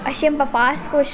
aš jiem papasakojau aš